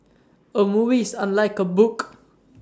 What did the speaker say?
A movie is unlike A book